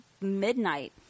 midnight